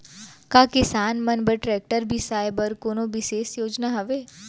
का किसान मन बर ट्रैक्टर बिसाय बर कोनो बिशेष योजना हवे?